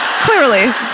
clearly